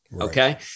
Okay